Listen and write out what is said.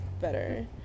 better